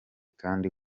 kandi